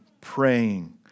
praying